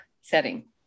setting